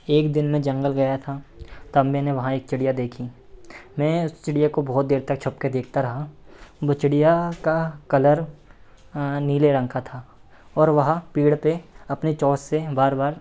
एक दिन मैं जंगल गया था तब मैंने वहाँ एक चिड़िया देखी मैं उस चिड़िया को बहुत देर तक छुपकर देखता रहा उस चिड़िया का कलर नीले रंग का था और वहाँ पेड़ पर अपनी चोंच से बार बार